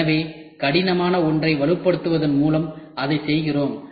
எனவே கடினமான ஒன்றை வலுப்படுத்துவதன் மூலம் அதைச் செய்கிறோம்